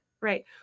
Right